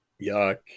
yuck